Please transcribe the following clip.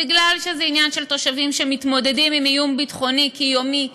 בגלל שזה עניין של תושבים שמתמודדים עם איום ביטחוני קיומי יום-יום,